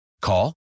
Call